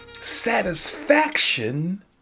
satisfaction